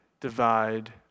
divide